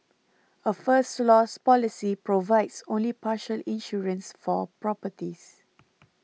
a First Loss policy provides only partial insurance for properties